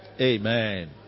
amen